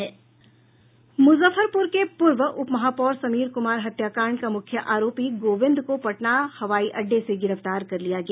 मुजफ्फरप्र के पूर्व उप महापौर समीर कुमार हत्याकांड का मुख्य आरोपी गोविंद को पटना हवाई अड्डे से गिरफ्तार कर लिया गया